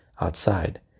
outside